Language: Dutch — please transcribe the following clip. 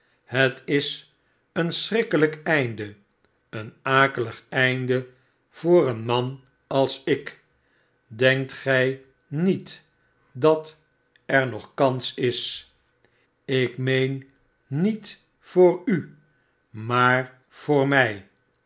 het is een schrikkehjk einde een akelig einde voor een man als ik denkt gij met dater nog kans is ik meen niet voor u maar voor mij